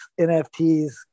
NFTs